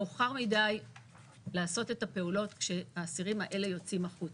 מאוחר מדי לעשות את הפעולות כשהאסירים האלה יוצאים החוצה,